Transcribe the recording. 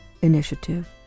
initiative